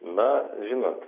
na žinot